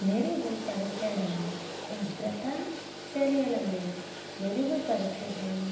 మెరుగుపరచడం భద్రత చర్యలను మెరుగుపరచడం